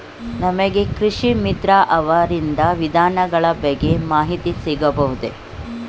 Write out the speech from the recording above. ನಮಗೆ ಕೃಷಿ ಮಿತ್ರ ಅವರಿಂದ ವಿಧಾನಗಳ ಬಗ್ಗೆ ಮಾಹಿತಿ ಸಿಗಬಹುದೇ?